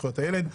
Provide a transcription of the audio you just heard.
צוהריים טובים.